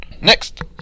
next